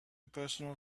personal